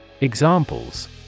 Examples